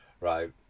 Right